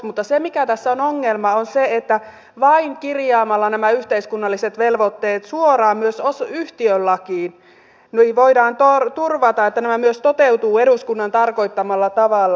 mutta se mikä tässä on ongelma on se että vain kirjaamalla nämä yhteiskunnalliset velvoitteet suoraan myös yhtiölakiin voidaan turvata että nämä myös toteutuvat eduskunnan tarkoittamalla tavalla